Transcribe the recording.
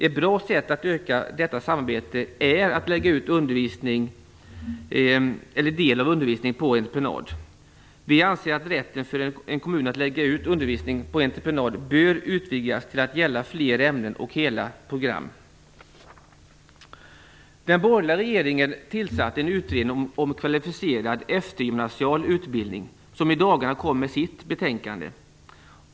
Ett bra sätt att öka detta samarbete är att lägga ut undervisning eller del av undervisning på entreprenad. Vi anser att rätten för en kommun att lägga ut undervisning på entreprenad bör utvidgas till att gälla fler ämnen och hela program. Den borgerliga regeringen tillsatte en utredning om kvalificerad eftergymnasial utbildning, som i dagarna kom med sitt betänkande.